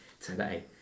today